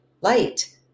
light